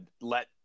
let